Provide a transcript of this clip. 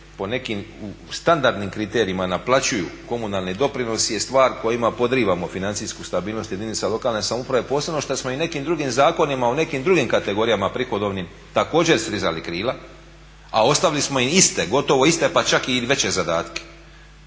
po nekim standardnim kriterijima naplaćuju komunalni doprinos je stvar kojima podrivamo financijsku stabilnost jedinica lokalne samouprave, posebno što smo i nekim drugim zakonima u nekim drugim kategorijama … također srezali krila, a ostavili smo im iste, gotovo iste, pa čak i veće zadatke